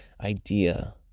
idea